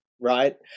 right